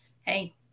hey